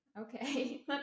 okay